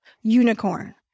Unicorn